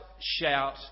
Shout